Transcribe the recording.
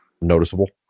noticeable